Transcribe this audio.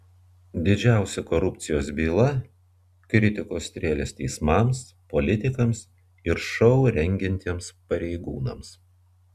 didžiausia korupcijos byla kritikos strėlės teismams politikams ir šou rengiantiems pareigūnams